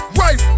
right